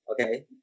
Okay